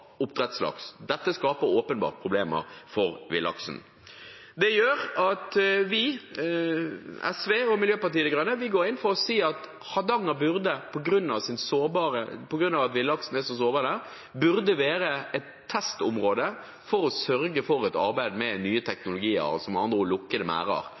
Dette skaper åpenbart problemer for villaksen. Derfor går SV og Miljøpartiet De Grønne inn for at Hardanger, på grunn av at villaksen er så sårbar der, burde være et testområde for et arbeid med nye teknologier, med andre ord lukkede merder, for å sørge for bedre kontroll med